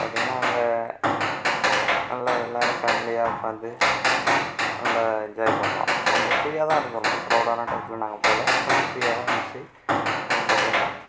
பார்த்திங்கன்னா அங்கே நல்லா எல்லோரும் ஃபேமிலியா உட்காந்து நல்லா என்ஜாய் பண்ணலாம் ரொம்ப ஃப்ரீயாக தான் இருக்கும் ரொம்ப கிரவுடான டயத்தில் நாங்கள் போகலை கொஞ்சம் ஃப்ரீயாக தான் இருந்துச்சு அப்போ பார்த்திங்கன்னா